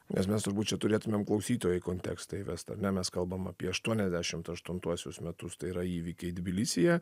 nes mes turbūt čia turėtumėm klausytoją į kontekstą įvest ar ne mes kalbam apie aštuoniasdešimt aštuntuosius metus tai yra įvykiai tbilisyje